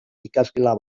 ikasgela